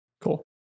cool